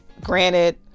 Granted